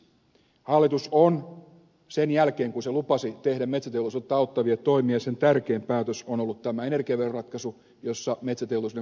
hallituksen tärkein päätös sen jälkeen kun se lupasi tehdä metsäteollisuutta auttavia toimia on ollut tämä energiaveroratkaisu jossa metsäteollisuuden kustannustaakkaa on lisätty